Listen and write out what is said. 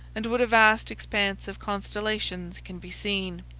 and what a vast expanse of constellations can be seen!